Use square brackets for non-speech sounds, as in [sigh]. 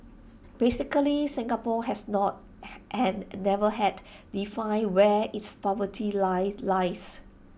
basically Singapore has not [noise] and never had defined where its poverty line lies